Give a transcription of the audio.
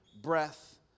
breath